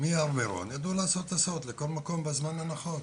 מהר מירון ידעו לעשות הסעות לכל מקום בזמן הנכון.